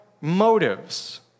motives